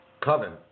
coven